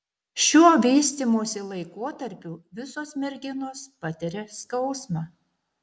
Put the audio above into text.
šiuo vystymosi laikotarpiu visos merginos patiria skausmą